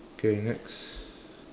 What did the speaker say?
K next